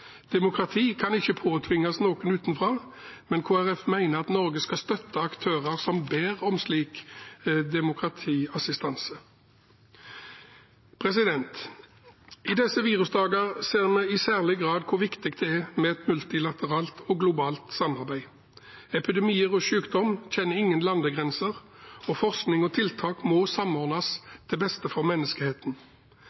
Demokrati kan ikke påtvinges noen utenfra, men Kristelig Folkeparti mener at Norge skal støtte aktører som ber om slik demokratiassistanse. I disse virusdager ser vi i særlig grad hvor viktig det er med et multilateralt og globalt samarbeid. Epidemier og sykdom kjenner ingen landegrenser, og forskning og tiltak må samordnes